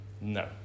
No